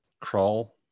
Crawl